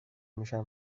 میشم